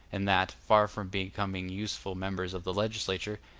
and that, far from becoming useful members of the legislature,